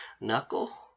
knuckle